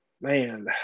man